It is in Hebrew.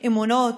אמונות,